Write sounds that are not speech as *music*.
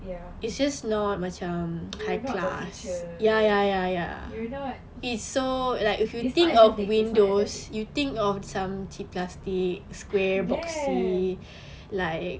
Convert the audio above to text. ya you're not the future you're not it's not aesthetic it's not aesthetic *laughs* damn